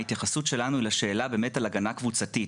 ההתייחסות שלנו לגבי השאלה על הגנה קבוצתית,